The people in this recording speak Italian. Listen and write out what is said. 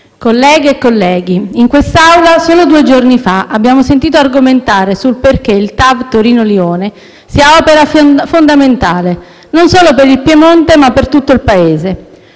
colleghe e colleghi, in quest'Aula solo due giorni fa abbiamo sentito argomentare sul perché la TAV Torino Lione sia opera fondamentale, non solo per il Piemonte, ma per tutto il Paese.